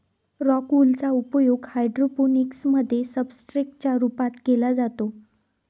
rock wool चा उपयोग hydroponics मध्ये सब्सट्रेट च्या रूपात केला जातो